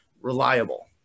reliable